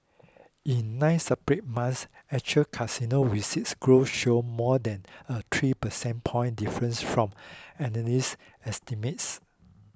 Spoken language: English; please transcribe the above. in nine separate months actual casino receipts growth showed more than a three percentage point difference from analyst estimates